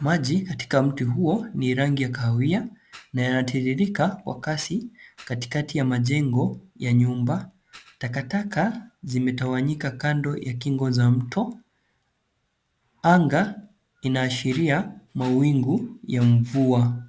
Maji katika mto huo ni rangi ya kahawia na yanatiririka kwa kasi katikati ya majengo ya nyumba. Takataka zimetawanyika kando ya kingo za mto. Anga inaashiria mawingu ya mvua.